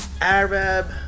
Arab